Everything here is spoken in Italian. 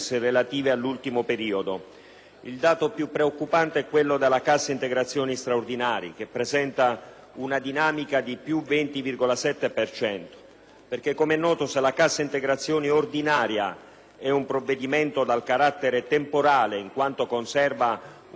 il dato più preoccupante è quello della cassa integrazione straordinaria, che presenta una dinamica pari al 20,7 per cento. Come è noto, se la cassa integrazione ordinaria richiede un provvedimento dal carattere temporalein quanto conserva un'aspettativa di vita lavorativa,